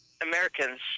Americans